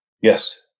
yes